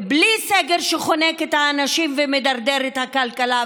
בלי סגר שחונק את האנשים ומדרדר את הכלכלה,